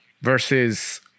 versus